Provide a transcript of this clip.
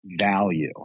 value